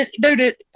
dude